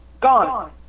Gone